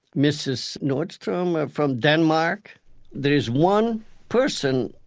mrs nordstrom from denmark there is one person,